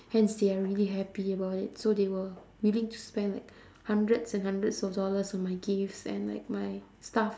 hence they are really happy about it so they were willing to spend like hundreds and hundreds of dollars on my gifts and like my stuff